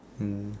mm